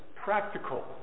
practical